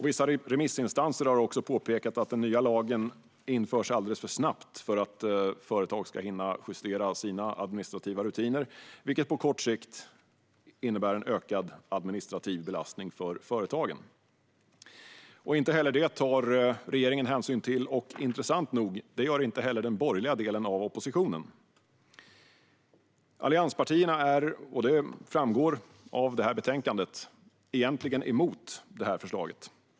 Vissa remissinstanser har också påpekat att den nya lagen införs alldeles för snabbt för att företag ska hinna justera sina administrativa rutiner, vilket på kort sikt innebär en ökad administrativ belastning för företagen. Inte heller detta tar regeringen hänsyn till, och intressant nog gör inte den borgerliga delen av oppositionen det heller. Som framgår av betänkandet är allianspartierna egentligen emot detta förslag.